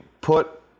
put